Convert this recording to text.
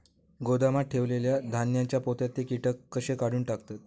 गोदामात ठेयलेल्या धान्यांच्या पोत्यातले कीटक कशे काढून टाकतत?